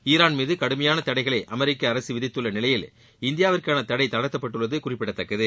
Iran மீது கடுமையான தடைகளை அமெரிக்க அரசு விதித்துள்ள நிலையில் இந்தியாவிற்கான தடை தளர்த்தப்பட்டுள்ளது குறிப்பிடத்தக்கது